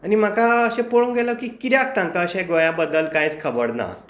आनी म्हाका अशें पळोवंक गेलो कित्याक तांकां अशें गोंया बद्दल कांयच खबर ना